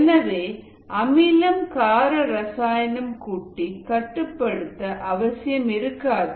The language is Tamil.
எனவே அமிலம் கார ரசாயனம் கூட்டி கட்டுப்படுத்த அவசியம் இருக்காது